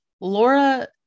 laura